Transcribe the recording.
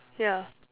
ya